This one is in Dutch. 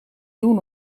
doen